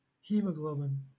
hemoglobin